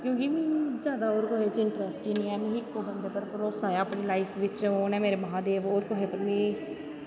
क्योंकि जादा होर किसे च इंट्रस्ट गै नी ऐ इक्को पर भरोसा ऐ अपनीं लाईफ च ओह् नै मेरे महांदे कुसै कन्नै